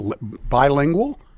Bilingual